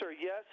yes